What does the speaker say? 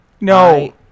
No